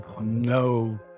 no